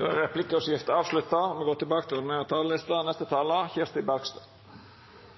Replikkordskiftet er omme. Vi har en tid bak oss der ulikheter i makt og rikdom har økt, der gapet mellom dem som har minst, og